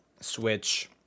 Switch